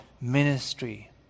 Ministry